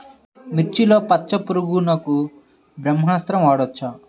మిర్చిలో పచ్చ పురుగునకు బ్రహ్మాస్త్రం వాడవచ్చా?